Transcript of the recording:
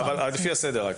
לפי הסדר.